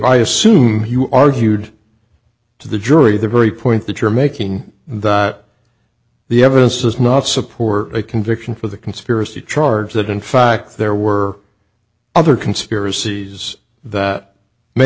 i assume you argued to the jury the very point that you're making the the evidence is not support a conviction for the conspiracy charge that in fact there were other conspiracies that may